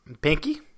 Pinky